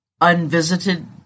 unvisited